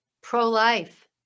Pro-life